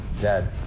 dad